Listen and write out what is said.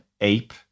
ape